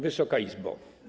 Wysoka Izbo!